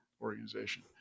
Organization